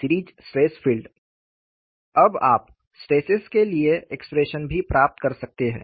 series stress field अब आप stresses के लिए एक्सप्रेशन्स भी प्राप्त कर सकते हैं